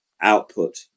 output